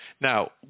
now